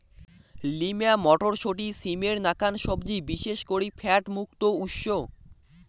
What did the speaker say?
lima মটরশুঁটি, সিমের নাকান সবজি বিশেষ করি ফ্যাট মুক্ত উৎস